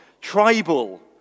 Tribal